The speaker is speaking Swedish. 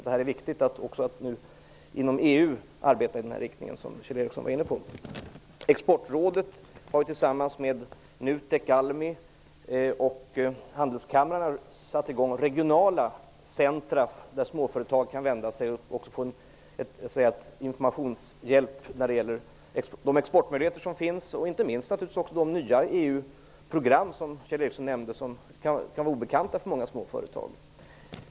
Det är viktigt att nu också inom EU arbeta i den riktning som Kjell och Handelskammaren satt i gång regionala centra, dit småföretag kan vända sig för att få informationshjälp när det gäller de exportmöjligheter som finns och inte minst de nya EU-programmen, som Kjell Ericsson nämnde, som kan vara obekanta för många småföretag.